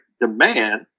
demand